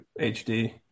HD